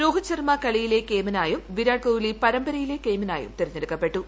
രോഹിത് ശർമ്മ കളിയിലെ കേമനായും വിരാട് കോഹ്ലിയാണ് പരമ്പരയിലെ കേമനായും തെരഞ്ഞെടുക്കപ്പെട്ടു